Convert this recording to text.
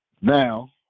Now